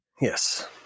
Yes